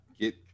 Get